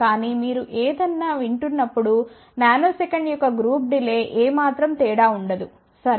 కానీ మీరు ఏదన్న వింటున్నప్పుడు నానోసెకండ్ యొక్క గ్రూప్ డిలే ఏ మాత్రం తేడా ఉండదు సరే